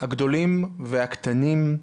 הגדולים והקטנים.